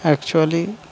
actually